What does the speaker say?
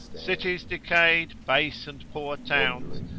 cities decayed, base and poor towns,